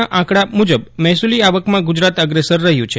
ના આંકડા મુજબ મહેસુલી આવકમાં ગુજરાત અંગ્રેસર રહ્યું છે